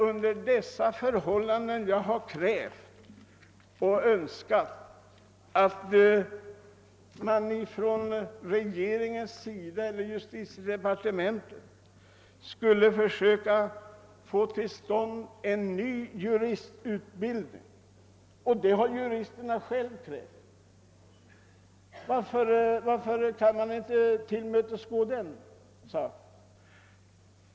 Under dessa förhållanden har jag krävt och önskat att justitiedepartementet och regeringen skall försöka få till ständ en ny juristutbildning — juristerna har för resten själva krävt en sådan. Varför kan man inte tillmötesgå ett sådant önskemål?